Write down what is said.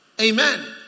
Amen